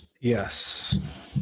Yes